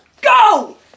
go